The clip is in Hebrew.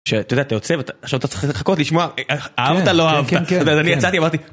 שאתה יודע, אתה יוצא, עכשיו אתה צריך לחכות, לשמוע אהבת, לא אהבת, ואני יצאתי, אמרתי